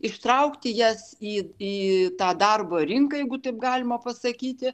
ištraukti jas į į tą darbo rinką jeigu taip galima pasakyti